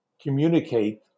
communicate